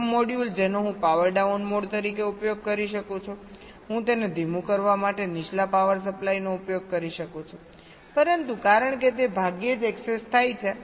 પ્રથમ મોડ્યુલ જેનો હું પાવર ડાઉન મોડ તરીકે ઉપયોગ કરી શકું છું હું તેને ધીમું કરવા માટે નીચલા પાવર સપ્લાયનો ઉપયોગ કરી શકું છું પરંતુ કારણ કે તે ભાગ્યે જ એક્સેસ થાય છે